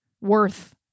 worth